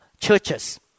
churches